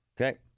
Okay